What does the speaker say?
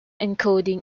encoding